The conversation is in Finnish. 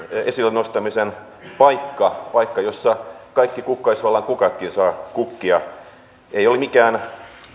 esille nostamisen paikka paikka jossa kaikki kukkaisvallan kukatkin saavat kukkia ei ole mikään